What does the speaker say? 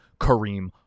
Kareem